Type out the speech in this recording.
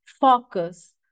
focus